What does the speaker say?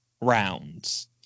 rounds